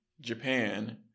Japan